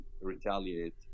retaliate